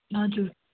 हजुर